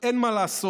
אין מה לעשות.